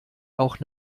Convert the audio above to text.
auch